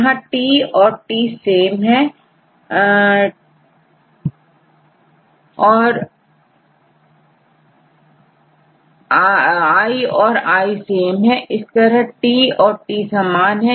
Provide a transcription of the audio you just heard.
यहांT औरT सेम हैI औरI सेम है इसी तरहT औरT समान है